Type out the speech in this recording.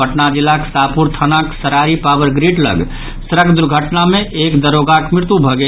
पटना जिलाक शाहपुर थानाक Sarari power grid लग सड़क दुर्घटना मे एक दरोगाक मृत्यु भऽ गेल